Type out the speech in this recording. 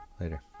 Later